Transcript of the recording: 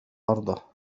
عرضه